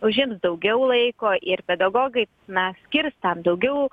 užims daugiau laiko ir pedagogai na skirs tam daugiau